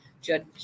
Judge